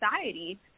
society